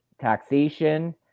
taxation